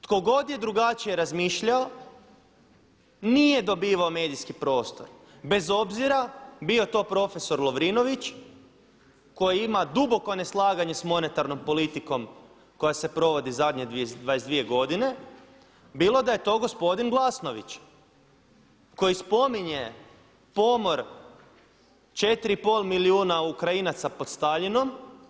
Tko god je drugačije razmišljao nije dobivao medijski prostor, bez obzira bio to profesor Lovrinović koji ima duboko neslaganje s monetarnom politikom koja se provodi zadnje 22 godine, bilo da je to gospodin Glasnović koji spominje pomor 4,5 milijuna Ukrajinaca pod Staljinom.